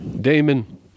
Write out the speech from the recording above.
Damon